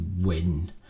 win